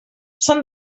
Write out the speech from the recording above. són